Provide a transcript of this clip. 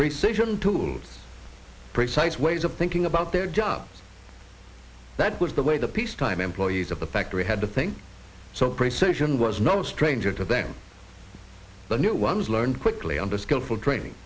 precision tools precise ways of thinking about their job that was the way the peacetime employees of the factory had to think so precision was no stranger to them the new ones learned quickly under skillful training